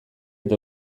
eta